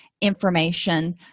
information